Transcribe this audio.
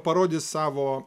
parodys savo